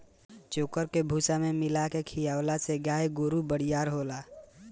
चोकर के भूसा में मिला के खिआवला से गाय गोरु बरियार होले